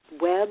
web